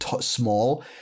small